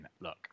Look